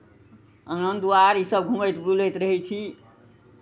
आङ्गन दुआरि इसभ घुमैत बुलैत रहै छी